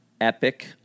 epic